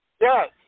Yes